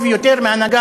חבר הכנסת טיבי, הנהגה